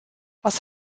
was